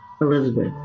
Elizabeth